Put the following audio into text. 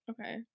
Okay